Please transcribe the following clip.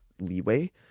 leeway